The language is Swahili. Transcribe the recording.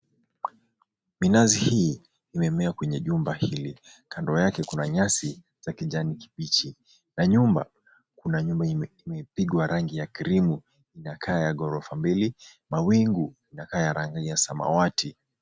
Minazii hii imemea kwenye jumba hili. Kando yake kuna nyasi za kijani kibichi na nyuma kuna nyumba imepigwa rangi ya cream inayokaa ya gorofa mbili na mawingi yanakaa ya rangi ya samawati.